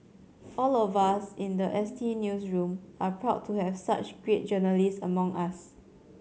all of us in the S T newsroom are proud to have such great journalists among us